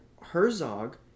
Herzog